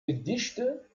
gedichte